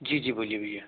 जी जी बोलिए भैया